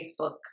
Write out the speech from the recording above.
Facebook